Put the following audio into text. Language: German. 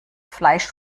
fleisch